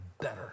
better